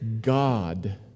God